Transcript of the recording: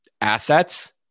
assets